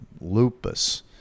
lupus